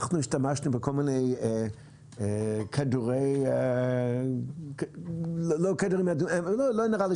אנחנו השתמשנו בכל מיני כדורים לא נראה לי